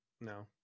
no